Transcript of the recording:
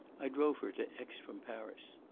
i drove her to aix from paris.